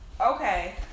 Okay